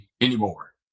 anymore